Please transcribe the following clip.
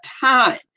time